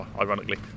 ironically